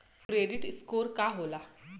Credit score का होला?